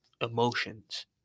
emotions